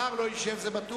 זר לא ישב, זה בטוח.